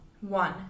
one